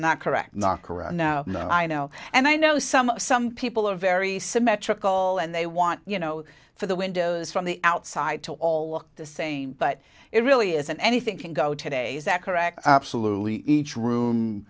not correct not correct no no i know and i know some some people are very symmetrical and they want you know for the windows from the outside to all look the same but it really isn't anything can go today is that correct absolutely each room